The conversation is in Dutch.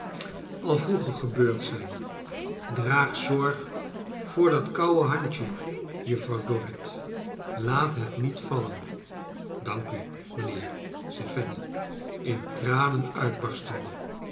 al vroeger gebeurd zijn draag zorg voor dat koude handje juffrouw dorrit laat het niet vallen dank u mijnheer zei fanny in tranen uitbarstende